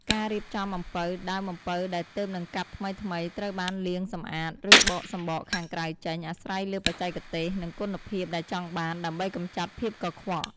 ការរៀបចំអំពៅ ដើមអំពៅដែលទើបនឹងកាប់ថ្មីៗ ត្រូវបានលាងសម្អាត ឬបកសម្បកខាងក្រៅចេញ អាស្រ័យលើបច្ចេកទេស និងគុណភាពដែលចង់បាន ដើម្បីកម្ចាត់ភាពកខ្វក់។